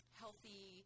healthy